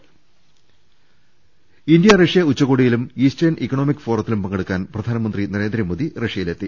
ള അ ശ്ര ഇന്ത്യ റഷ്യ ഉച്ചകോടിയിലും ഈസ്റ്റേൺ ഇക്കണോമിക് ഫോറത്തിലും പങ്കെടുക്കാൻ പ്രധാനമന്ത്രി നരേന്ദ്രമോദി റഷ്യയി ലെത്തി